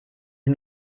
sie